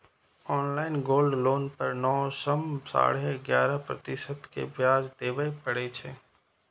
online gold loan पर नौ सं साढ़े ग्यारह प्रतिशत के ब्याज देबय पड़ै छै